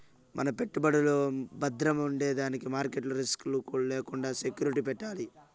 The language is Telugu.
మన పెట్టుబడులు బద్రముండేదానికి మార్కెట్ రిస్క్ లు లేకండా సెక్యూరిటీలు పెట్టాలి